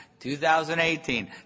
2018